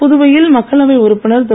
புதுவையில் மக்களவை உறுப்பினர் திரு